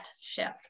shift